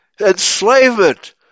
enslavement